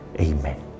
Amen